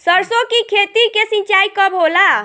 सरसों की खेती के सिंचाई कब होला?